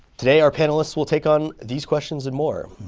today, our panelists will take on these questions and more.